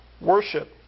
worship